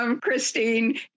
Christine